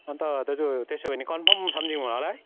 अन्त दाजु त्यसो भने कन्फर्म सम्झिउँ होला है